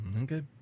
Okay